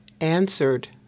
answered